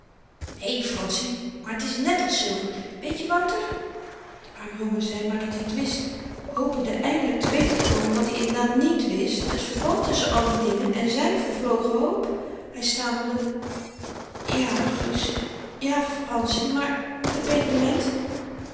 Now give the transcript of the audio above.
né franssie maar t is net als zilver weetje wouter de arme jongen zei maar dat-i t wist hopende eindelyk te weten te komen wat i inderdaad niet wist het verband tusschen al die dingen en zyn vervlogen hoop hy stamelde ja gus ja franssie maar de